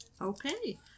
Okay